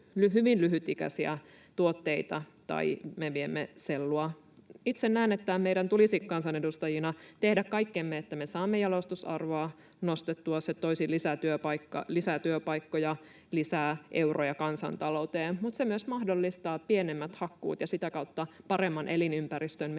hyvin lyhytikäisiä tuotteita, tai me viemme sellua. Itse näen, että meidän tulisi kansanedustajina tehdä kaikkemme, että me saamme jalostusarvoa nostettua. Se toisi lisää työpaikkoja, lisää euroja kansantalouteen. Mutta se myös mahdollistaa pienemmät hakkuut ja sitä kautta paremman elinympäristön